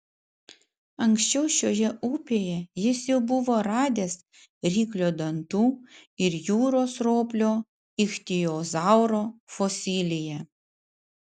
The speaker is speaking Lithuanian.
anksčiau šioje upėje jis jau buvo radęs ryklio dantų ir jūros roplio ichtiozauro fosiliją